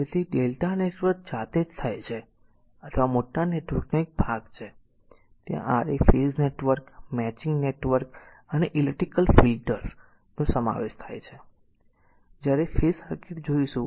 તેથી Δ નેટવર્ક જાતે જ થાય છે અથવા મોટા નેટવર્ક નો એક ભાગ છે ત્યાં r a phase network matching network અને ઇલેક્ટ્રિકલ ફિલ્ટર્સ નો ઉપયોગ થાય છે જ્યારે ફેઝ સર્કિટ જોઈશું